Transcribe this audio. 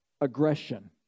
aggression